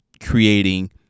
creating